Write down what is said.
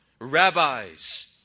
rabbis